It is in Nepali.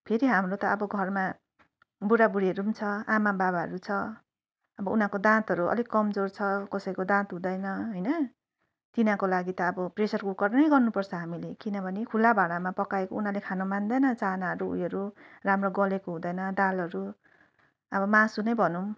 फेरि हाम्रो त अब घरमा बुढाबुढीहरू पनि छ आमाबाबाहरू छ अब उनीहरूको दाँतहरू अलिक कमजोर छ कसैको दाँत हुँदैन होइन तिनीहरूको लागि त अब प्रेसर कुकर नै गर्नुपर्छ हामीले किनभने खुल्ला भाँडामा पकाएको उनीहरूले खान मान्दैन चानाहरू उयोहरू राम्रो गलेको हुँदैन दालहरू अब मासु नै भनौँ